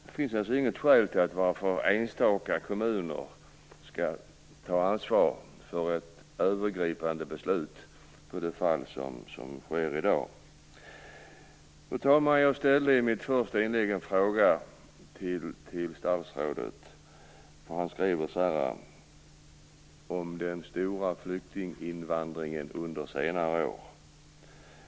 Det finns alltså inget skäl till att enstaka kommuner skall ta ansvar för ett övergripande beslut på det sätt som sker i dag. Fru talman! Jag ställde i mitt första inlägg en fråga till statsrådet. Han skriver i svaret om den "stora flyktinginvandringen under senare år".